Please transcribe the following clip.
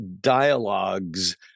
dialogues